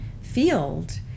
field